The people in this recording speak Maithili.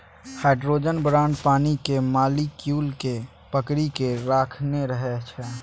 हाइड्रोजन बांड पानिक मालिक्युल केँ पकरि केँ राखने रहै छै